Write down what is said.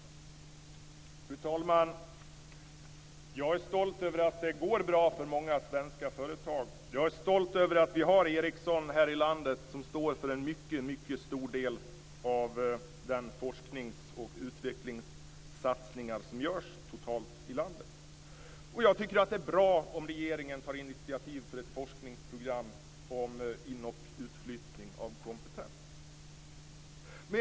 Fru talman! Jag är stolt över att det går bra för många svenska företag. Jag är stolt över att vi här i landet har Ericsson, som står för en mycket stor del av de forsknings och utvecklingssatsningar som görs totalt i landet. Jag tycker också att det är bra om regeringen tar initiativ till ett forskningsprogram om inoch utflyttning av kompetens.